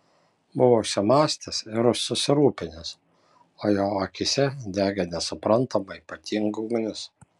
buvo užsimąstęs ir susirūpinęs o jo akyse degė nesuprantama ypatinga ugnis